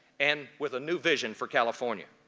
and with a new vision for california.